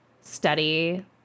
Study